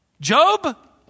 Job